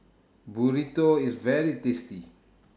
Burrito IS very tasty